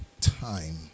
time